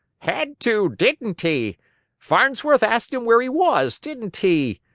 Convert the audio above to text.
had to, didn't he? farnsworth asked him where he was, didn't he?